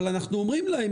אבל אנחנו אומרים להם,